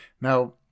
Now